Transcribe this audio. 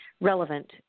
relevant